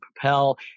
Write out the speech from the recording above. Propel